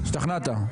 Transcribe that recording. השתכנעתי.